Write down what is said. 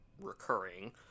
recurring